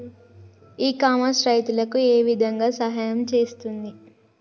ఇ commerce రైతులకు ఏ విధంగా సహాయం చేస్తుంది?